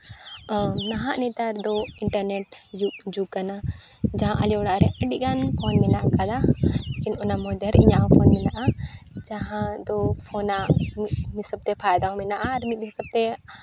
ᱱᱟᱦᱟᱜ ᱱᱮᱛᱟᱨ ᱫᱚ ᱤᱱᱴᱟᱨᱱᱮᱴ ᱡᱩᱜᱽ ᱡᱩᱜᱽ ᱠᱟᱱᱟ ᱡᱟᱦᱟᱸ ᱟᱞᱮ ᱚᱲᱟᱜ ᱨᱮ ᱟᱹᱰᱤᱜᱟᱱ ᱠᱚᱬ ᱢᱮᱱᱟᱜ ᱟᱠᱟᱫᱟ ᱚᱱᱟ ᱢᱚᱫᱫᱷᱮ ᱨᱮ ᱤᱧᱟᱹᱜ ᱦᱚᱸ ᱯᱷᱳᱱ ᱢᱮᱱᱟᱜᱼᱟ ᱡᱟᱦᱟᱸ ᱫᱚ ᱚᱱᱟ ᱦᱤᱥᱟᱹᱵ ᱛᱮ ᱯᱷᱟᱭᱫᱟ ᱦᱚᱸ ᱢᱮᱱᱟᱜᱼᱟ ᱟᱨ ᱢᱤᱫ ᱦᱤᱥᱟᱹᱵ ᱛᱮ